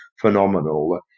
phenomenal